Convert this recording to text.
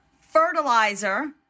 fertilizer